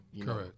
Correct